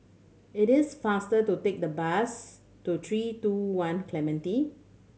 it is faster to take the bus to Three Two One Clementi